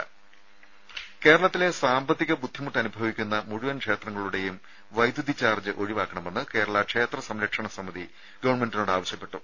രുമ കേരളത്തിലെ സാമ്പത്തിക ബുദ്ധിമുട്ട് അനുഭവിക്കുന്ന മുഴുവൻ ക്ഷേത്രങ്ങളുടെയും വൈദ്യുതി ചാർജ്ജ് ഒഴിവാക്കണമെന്ന് കേരള ക്ഷേത്ര സംരക്ഷണ സമിതി ഗവൺമെന്റിനോടാവശ്യപ്പെട്ടു